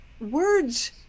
words